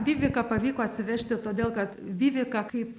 viviką pavyko atsivežti todėl kad vivika kaip